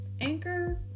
Anchor